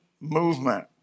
movement